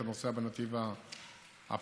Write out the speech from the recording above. אתה נוסע בנתיב המהיר,